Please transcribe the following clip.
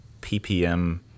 PPM